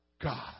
God